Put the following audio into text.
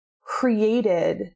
created